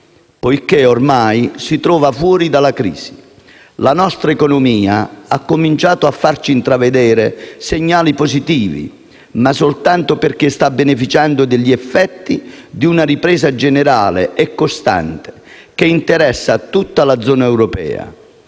poiché ormai si trova fuori dalla crisi. La nostra economia ha cominciato a farci intravedere segnali positivi, ma soltanto perché sta beneficiando degli effetti di una ripresa generale e costante che interessa tutta la zona europea.